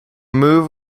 move